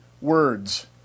words